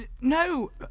No